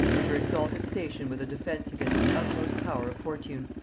and her exalted station with a defence against the utmost power of fortune.